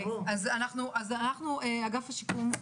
אגף השיקום,